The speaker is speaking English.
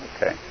Okay